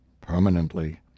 permanently